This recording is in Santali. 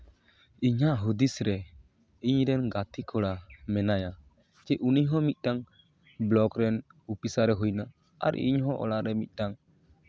ᱤᱧᱟᱹᱜ ᱦᱩᱫᱤᱥ ᱨᱮ ᱤᱧ ᱨᱮᱱ ᱜᱟᱛᱮ ᱠᱚᱲᱟ ᱢᱮᱱᱟᱭᱟ ᱪᱮᱫ ᱩᱱᱤ ᱦᱚᱸ ᱢᱤᱫᱴᱟᱱ ᱵᱞᱚᱠ ᱨᱮᱱ ᱚᱯᱷᱤᱥᱟᱨᱮ ᱦᱩᱭᱱᱟ ᱟᱨ ᱤᱧᱦᱚᱸ ᱚᱲᱟᱜ ᱨᱮ ᱢᱤᱫᱴᱟᱱ